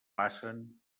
passen